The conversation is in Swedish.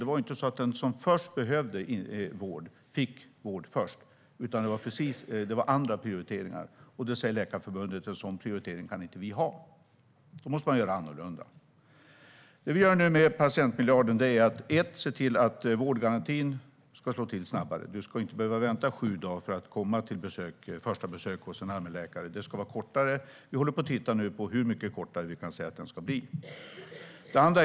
Det var inte så att den som först behövde vård fick vård först, utan det var andra prioriteringar, och då sa Läkarförbundet att en sådan prioritering kan vi inte ha. Då måste man göra annorlunda, och det vi nu gör med patientmiljarden är att för det första se till att vårdgarantin ska slå till snabbare. Du ska inte behöva vänta i sju dagar på ett första besök hos en allmänläkare, utan det ska vara kortare, och vi tittar nu på hur mycket kortare vi kan säga att det ska vara.